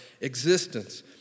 existence